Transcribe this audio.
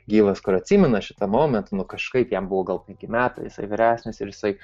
gyvas kur atsimena šitą momentą nu kažkaip jam buvo gal penki metais vyresnis ir jisai